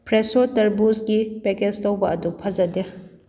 ꯐ꯭꯭ꯔꯦꯁꯣ ꯇꯔꯕꯨꯖꯀꯤ ꯄꯦꯀꯦꯁ ꯇꯧꯕ ꯑꯗꯨ ꯐꯖꯗꯦ